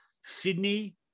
Sydney